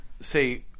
say